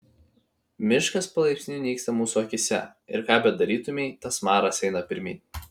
miškas palaipsniui nyksta mūsų akyse ir ką bedarytumei tas maras eina pirmyn